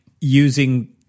using